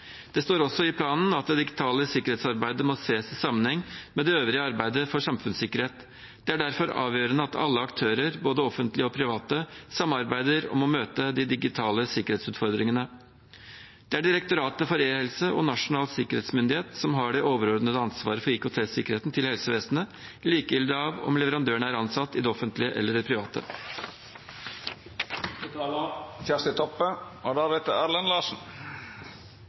Det står også i planen at det digitale sikkerhetsarbeidet må ses i sammenheng med det øvrige arbeidet for samfunnssikkerhet. Det er derfor avgjørende at alle aktører, både offentlige og private, samarbeider om å møte de digitale sikkerhetsutfordringene. Det er Direktoratet for e-helse og Nasjonal sikkerhetsmyndighet som har det overordnede ansvaret for IKT-sikkerheten til helsevesenet. Det er da likegyldig om leverandøren er ansatt i det offentlige eller i det private.